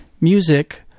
music